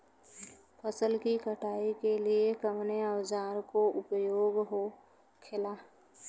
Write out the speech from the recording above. फसल की कटाई के लिए कवने औजार को उपयोग हो खेला?